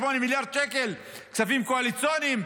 8 מיליארד שקל כספים קואליציוניים,